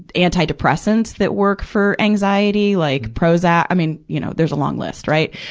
antidepressants that work for anxiety, like prozac i mean, you know, there's a long list, right?